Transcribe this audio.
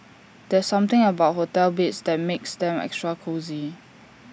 there's something about hotel beds that makes them extra cosy